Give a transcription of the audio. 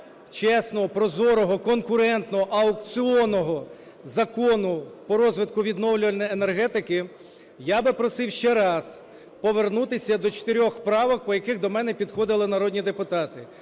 чесного, прозорого, конкурентного, аукціонного закону по розвитку відновлювальної енергетики, я б просив ще раз повернутися до чотирьох правок, по яких до мене підходили народні депутати.